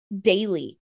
daily